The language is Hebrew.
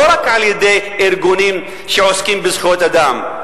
לא רק על-ידי ארגונים שעוסקים בזכויות אדם,